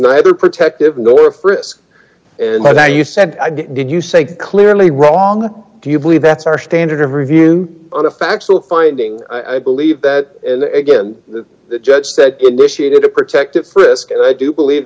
neither protective nor frisk and now you said did you say clearly wrong do you believe that's our standard of review on a factual finding i believe that again the judge said initiated a protective frisk and i do believe